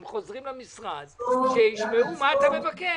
הם חוזרים למשרד, שישמעו מה אתה מבקש.